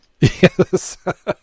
Yes